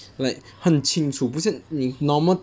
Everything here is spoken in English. like 它很清楚不像你 normal